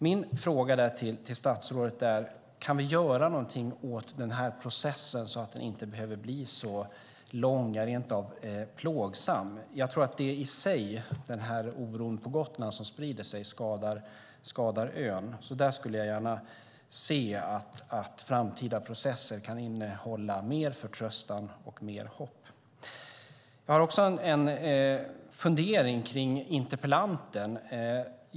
Min fråga till statsrådet är: Kan vi göra någonting åt den här processen så att den inte behöver bli så lång och rent av plågsam? Jag tror att den oro som sprider sig på Gotland skadar ön. Jag skulle gärna se att framtida processer kan innehålla mer förtröstan och mer hopp. Jag har också en fundering kring interpellanten.